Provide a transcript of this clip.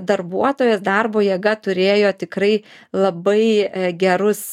darbuotojas darbo jėga turėjo tikrai labai gerus